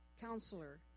counselor